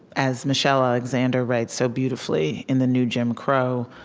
as michelle alexander writes so beautifully in the new jim crow,